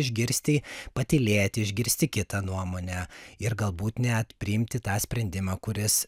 išgirsti patylėti išgirsti kitą nuomonę ir galbūt net priimti tą sprendimą kuris